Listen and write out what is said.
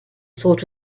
sort